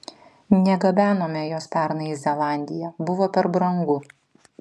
negabenome jos pernai į zelandiją buvo per brangu